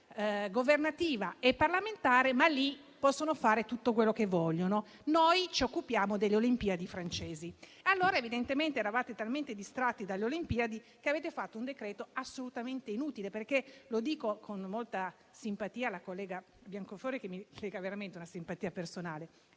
governativa e parlamentare, lì possono fare tutto quello che vogliono, noi ci occupiamo delle Olimpiadi francesi. Evidentemente eravate talmente distratti dalle Olimpiadi che avete fatto un decreto assolutamente inutile. Lo dico con molta simpatia alla collega Biancofiore, alla quale mi lega veramente una simpatia personale;